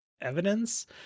evidence